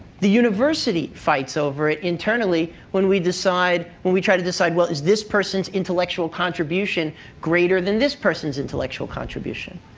the university fights over it internally when we when we try to decide, well, is this person's intellectual contribution greater than this person's intellectual contribution.